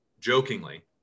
jokingly